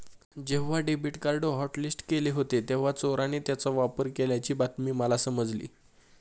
जेव्हा debit card hotlist केले होते तेव्हा चोराने त्याचा वापर केल्याची बातमी मला समजली